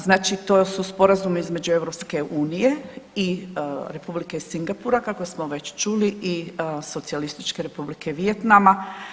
Znači to su sporazumi između EU i Republike Singapura kako smo već čuli i Socijalističke Republike Vijetnama.